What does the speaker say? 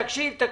אנחנו